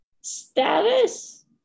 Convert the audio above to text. status